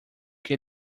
que